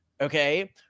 Okay